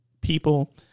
people